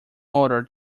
odor